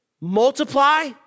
Multiply